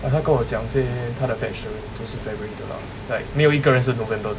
like 他跟我讲 say 他的 batch 的人都是 february 的 lah like 没有一个人是 november 的